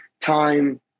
time